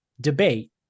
debate